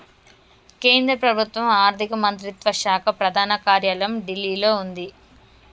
కేంద్ర ప్రభుత్వం ఆర్ధిక మంత్రిత్వ శాఖ ప్రధాన కార్యాలయం ఢిల్లీలో వుంది